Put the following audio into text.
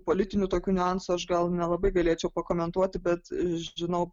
politinių tokių niuansų aš gal nelabai galėčiau pakomentuoti bet žinau